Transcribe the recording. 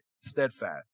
steadfast